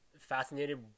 fascinated